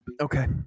Okay